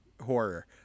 horror